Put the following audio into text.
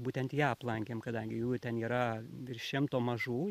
būtent ją aplankėm kadangi jų ten yra virš šimto mažų